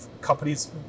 companies